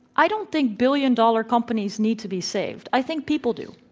i don't think billion-dollar companies need to be saved. i think people do.